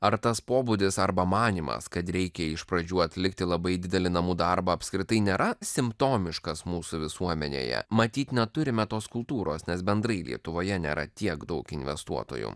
ar tas pobūdis arba manymas kad reikia iš pradžių atlikti labai didelį namų darbą apskritai nėra simptomiškas mūsų visuomenėje matyt neturime tos kultūros nes bendrai lietuvoje nėra tiek daug investuotojų